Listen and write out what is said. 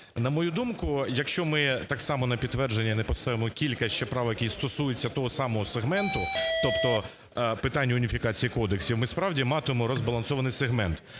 На мою думку, якщо ми так само на підтвердження не поставимо кілька ще правок, які стосуються того самого сегменту, тобто питань уніфікації кодексів, ми справді матимемо розбалансований сегмент,